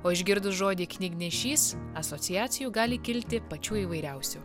o išgirdus žodį knygnešys asociacijų gali kilti pačių įvairiausių